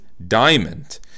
diamond